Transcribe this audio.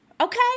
Okay